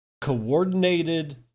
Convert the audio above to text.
Coordinated